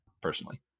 personally